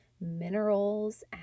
minerals